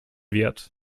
wird